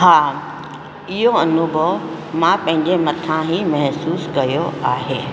हा इहो अनुभव मां पंहिंजे मथा ई महिसूसु कयो आहे